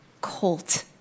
colt